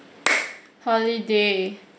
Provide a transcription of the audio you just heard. holiday